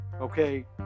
Okay